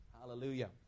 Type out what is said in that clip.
Hallelujah